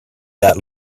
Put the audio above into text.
that